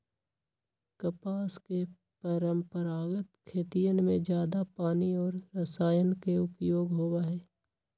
कपास के परंपरागत खेतियन में जादा पानी और रसायन के उपयोग होबा हई